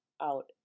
out